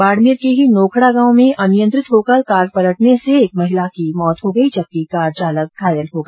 बाड़मेर के ही नोखड़ा गांव में अनियंत्रित होकर कार पलटने से एक महिला की मौत हो गई जबकि कार चालक घायल हो गया